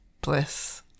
bliss